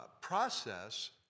process